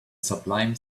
sublime